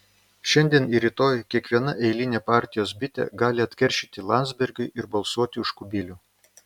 šiandien ir rytoj kiekviena eilinė partijos bitė gali atkeršyti landsbergiui ir balsuoti už kubilių